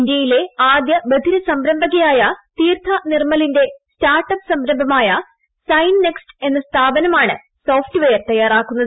ഇന്ത്യയിലെ ആദ്യ ബധിരസംരംഭകയായ തീർഥ നിർമ്മലിന്റെ സ്റ്റാർട്ട് അപ്പ് സംരംഭമായ സൈൻ നെക്സ്റ്റ് എന്ന സ്ഥാപനമാണ് സോഫ്റ്റ് വെയർ തയ്യാറാക്കുന്നത്